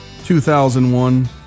2001